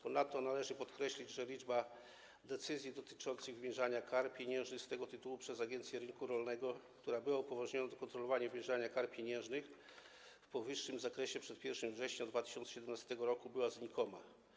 Ponadto należy podkreślić, że liczba decyzji dotycząca wymierzania kar pieniężnych z tego tytułu przez Agencję Rynku Rolnego, która była upoważniona do kontrolowania i wymierzania kar pieniężnych w powyższym zakresie przed 1 września 2017 r., była znikoma.